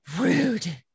rude